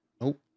Nope